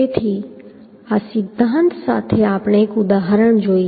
તેથી આ સિદ્ધાંત સાથે આપણે એક ઉદાહરણ જોઈએ